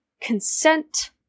consent